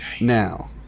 Now